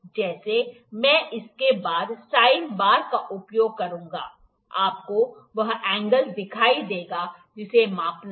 जैसे मैं इसके बाद साइन बार का उपयोग करूंगा आपको वह एंगल दिखाई देगा जिसे मापना है